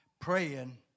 praying